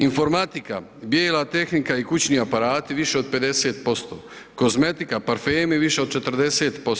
Informatika, bijela tehnika i kućni aparati više od 50% Kozmetika, parfemi više od 40%